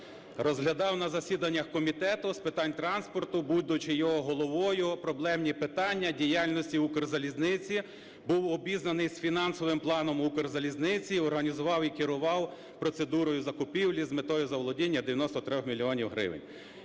розглядав на засіданнях Комітету з питань транспорту, будучи його головою, проблемні питання діяльності "Укрзалізниці"; був обізнаний з фінансовим планом "Укрзалізниці", організував і керував процедурою закупівлі з метою заволодіння 93 мільйонів